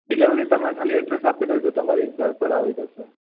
delivery તમે ખાલી address આપી દેજો તમારી ઘર પર આવી જશે